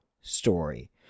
story